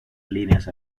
líneas